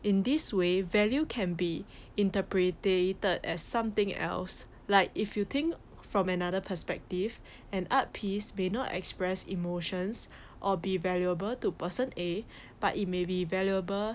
in this way value can be interpreted as something else like if you think from another perspective an art piece may not express emotions or be valuable to person A but it may be valuable